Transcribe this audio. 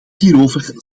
hierover